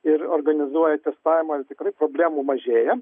ir organizuoja testavimą tikrai problemų mažėja